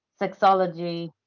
sexology